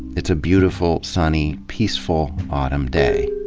it's a beautiful, sunny, peaceful autumn day.